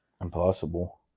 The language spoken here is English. impossible